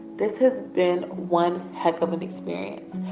this has been one heck of an experience,